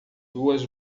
duas